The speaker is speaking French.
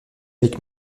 avec